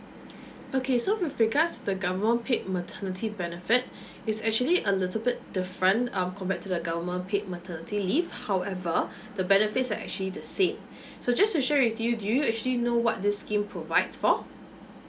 okay so with regards the government paid maternity benefit is actually a little bit different um compared to the government paid maternity leave however the benefits are actually the same so just to share with you do you actually know what this scheme provides for